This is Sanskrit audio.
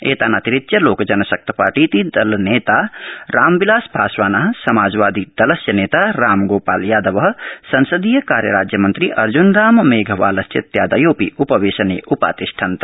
एतान् अतिरिच्य लोकजनशक्ति पार्टीतिदलनेता रामविलास पासवानः समाजवादी दलस्य नेता रामगोपालयादवः संसदीय कार्यराज्यमन्त्री अर्जुनराम मेघवालश्चेत्यादयोऽपि उपवेशने उपातिष्ठन्त